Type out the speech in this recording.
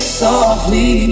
softly